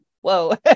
Whoa